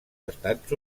estats